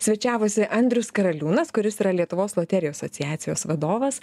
svečiavosi andrius karaliūnas kuris yra lietuvos loterijų asociacijos vadovas